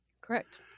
Correct